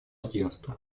агентству